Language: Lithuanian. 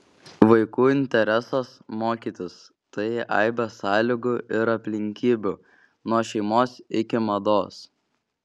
vaikų interesas mokytis tai aibė sąlygų ir aplinkybių nuo šeimos iki mados